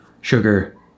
sugar